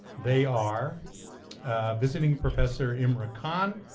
they are visiting professor imran khan,